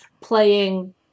playing